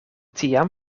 tiam